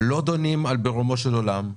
לא דנים על דברים ברומו של עולם.